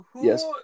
Yes